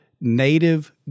native